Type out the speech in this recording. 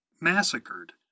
massacred